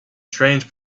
strange